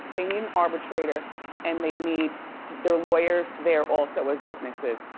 they need an arbitrator and they need their lawyers there also as witnesses.